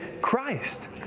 Christ